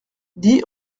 dix